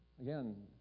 Again